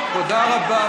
תודה רבה,